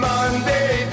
Monday